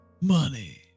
Money